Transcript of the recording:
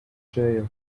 jail